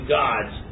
gods